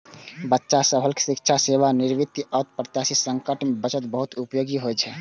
बच्चा सभक शिक्षा, सेवानिवृत्ति, अप्रत्याशित संकट मे बचत बहुत उपयोगी होइ छै